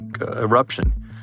eruption